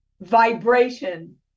vibration